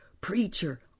Preacher